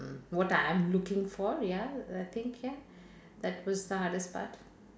what I am looking for ya I think ya that was the hardest part